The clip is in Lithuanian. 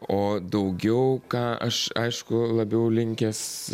o daugiau ką aš aišku labiau linkęs